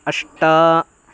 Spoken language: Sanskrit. अष्ट